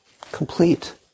Complete